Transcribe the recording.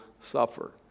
suffer